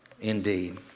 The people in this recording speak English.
indeed